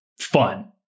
fun